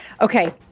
Okay